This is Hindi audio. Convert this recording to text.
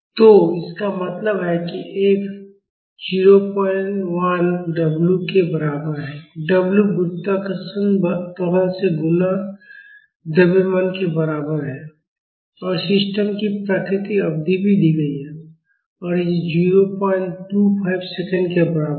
तो इसका मतलब है कि F 01 w के बराबर है w गुरुत्वाकर्षण त्वरण से गुणा द्रव्यमान के बराबर है और सिस्टम की प्राकृतिक अवधि भी दी गई है और यह 025 सेकंड के बराबर है